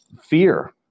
fear